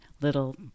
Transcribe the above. little